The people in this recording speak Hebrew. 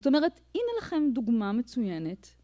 זאת אומרת, הנה לכם דוגמה מצוינת...